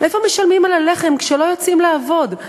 מאיפה משלמים על הלחם כשלא יוצאים לעבוד?